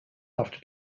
after